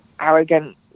arrogant